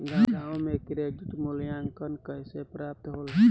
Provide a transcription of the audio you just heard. गांवों में क्रेडिट मूल्यांकन कैसे प्राप्त होला?